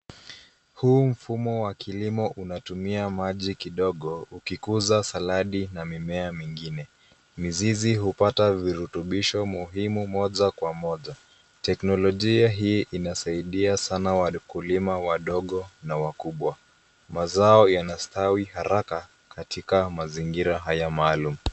Huu mfumo wa kilimo unatumia maji kidogo ukikuza saladi na mimea mengine. Mizizi hupata virutubisho muhimu moja kwa moja. Teknolojia hii inasaidia sana wakulima wadogo na wakubwa, mazao yanastawi haraka katika mazingira haya maalum.